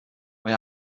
mae